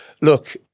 Look